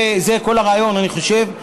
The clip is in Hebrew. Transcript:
זה כל הרעיון, אני חושב.